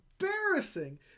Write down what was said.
embarrassing